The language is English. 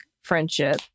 friendship